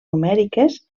numèriques